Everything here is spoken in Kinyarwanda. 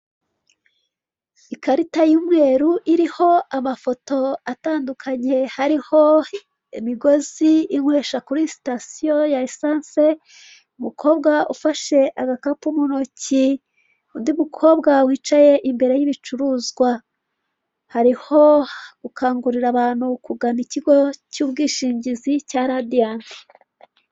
Ikarita y'umweru iriho amafoto atandukanye, hari imigozi inywesha kuri sitasiyo ya esanse, umukobwa ufashe agakapu mu ntoki, undi mukobwa wicaye imbere y'ibicuruzwa, hariho gukangurira abantu kugana ikigo cy'ubwishingizi cya Radiant.